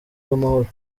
bw’amahoro